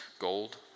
gold